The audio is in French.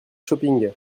shopping